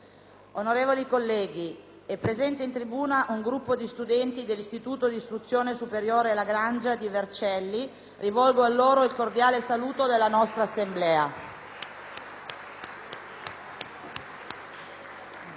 Onorevoli colleghi, è presente in tribuna un gruppo di studenti dell'Istituto di istruzione superiore «Lagrangia» di Vercelli. Rivolgo a loro il cordiale saluto della nostra Assemblea.